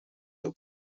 del